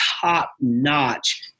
top-notch